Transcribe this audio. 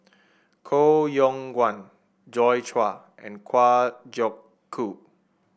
Koh Yong Guan Joi Chua and Kwa Geok Choo